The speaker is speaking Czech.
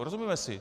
Rozumíme si?